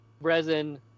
Resin